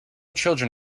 children